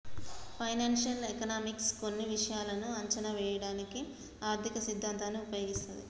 financial economics కొన్ని విషయాలను అంచనా వేయడానికి ఆర్థిక సిద్ధాంతాన్ని ఉపయోగిస్తది